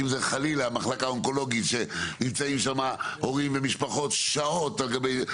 חלילה אונקולוגית שנמצאים שם הורים ומשפחות שעות על גבי שעות,